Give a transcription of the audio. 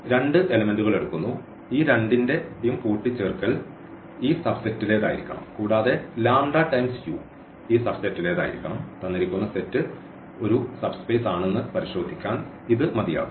രണ്ട് എലെമെന്റുകൾ എടുക്കുന്നു ഈ രണ്ടിന്റെ കൂട്ടിച്ചേർക്കൽ ഈ സബ് സെറ്റിലേതായിരിക്കണം കൂടാതെ ഈ സബ് സെറ്റിലേതായിരിക്കണം തന്നിരിക്കുന്ന സെറ്റ് ഒരു സബ് സ്പേസ് ആണെന്ന് പരിശോധിക്കാൻ ഇത് മതിയാകും